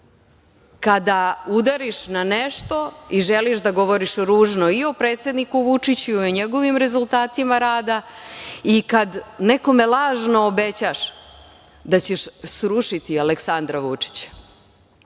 kada udariš na nešto i želiš da govoriš ružno i o predsedniku Vučiću i o njegovim rezultatima rada i kad nekome lažno obećaš da ćeš srušiti Aleksandra Vučića.